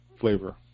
flavor